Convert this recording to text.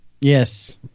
Yes